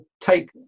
take